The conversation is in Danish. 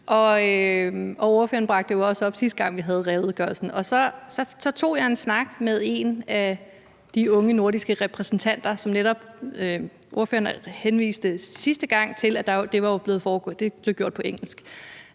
Ordføreren bragte det jo også op, sidste gang vi havde redegørelsen, og så tog jeg en snak med en af de unge nordiske repræsentanter – ordføreren henviste sidste gang til, at det jo var blevet gjort på engelsk